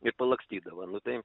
ir palakstydavo nu tai